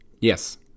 Yes